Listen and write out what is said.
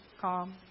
Calm